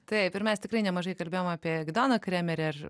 taip ir mes tikrai nemažai kalbėjom apie gidoną kremerį ar